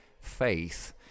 faith